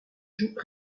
joue